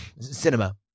cinema